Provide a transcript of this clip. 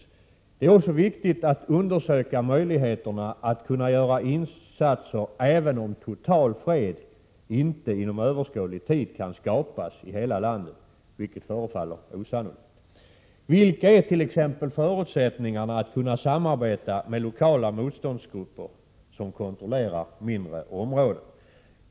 Viktigt är också att undersöka möjligheterna att göra insatser även om total fred inte inom överskådlig tid kan skapas i hela landet, något som förefaller osannolikt. Vilka är t.ex. förutsättningarna att kunna samarbeta med lokala motståndsgrupper som kontrollerar mindre områden?